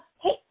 hey